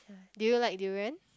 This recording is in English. do you like durian